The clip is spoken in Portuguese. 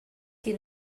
que